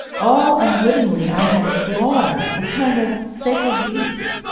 all unwittingly i had slaughtered a kind of sacred beast,